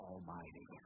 Almighty